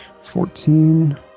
fourteen